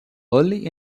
early